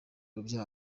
urubyaro